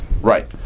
Right